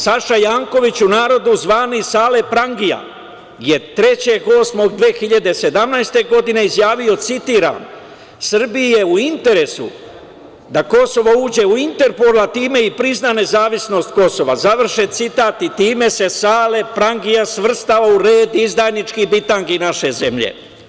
Saša Janković, u narodu znani "Sale prangija", je 3. 08. 2017. godine izjavio, citiram: "Srbiji je u interesu da Kosovo uđe u Interpol, a time i prizna nezavisnost Kosova", završen citat, i time se "Sale prangija" svrstao u red izdajničkih bitangi naše zemlje.